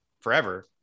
forever